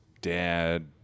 dad